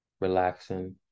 relaxing